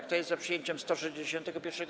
Kto jest za przyjęciem 161.